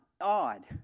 odd